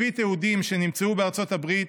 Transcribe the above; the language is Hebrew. לפי תיעודים שנמצאו בארצות הברית,